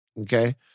Okay